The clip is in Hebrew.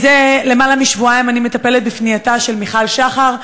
זה יותר משבועיים אני מטפלת בפנייתה של מיכל שחר,